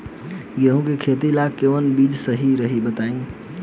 गेहूं के खेती ला कोवन बीज सही रही बताई?